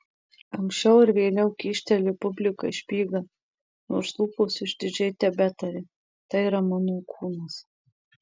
anksčiau ar vėliau kyšteli publikai špygą nors lūpos išdidžiai tebetaria tai yra mano kūnas